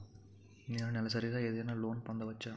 నేను నెలసరిగా ఏదైనా లోన్ పొందవచ్చా?